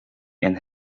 and